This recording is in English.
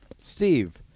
Steve